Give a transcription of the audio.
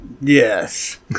Yes